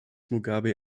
mugabe